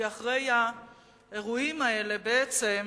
כי אחרי האירועים האלה בעצם